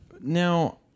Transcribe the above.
Now